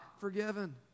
forgiven